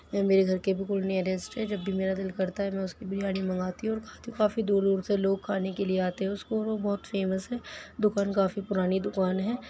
میرے گھر کے بالکل نیرسٹ ہے جب بھی میرا دِل کرتا میں اُس کی بریانی منگاتی ہوں اور کھاتی ہوں کافی دور دور سے لوگ کھانے کے لیے آتے ہیں اُس کو اور وہ بہت فیمس ہے دُکان کافی پرانی دُکان ہے